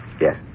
Yes